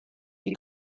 die